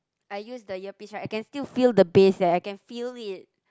I use the earpiece right I can still feel the bass eh I can feel it